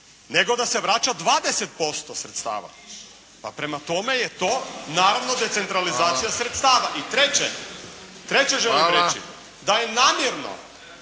nego da se vraća 20% sredstava. Pa prema tome je to naravno decentralizacija sredstava. I treće želim reći da je namjerno